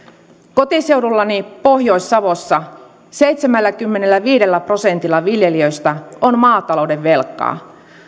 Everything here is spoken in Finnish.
kotiseudullani pohjois savossa seitsemälläkymmenelläviidellä prosentilla viljelijöistä on maatalouden velkaa